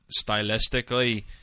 stylistically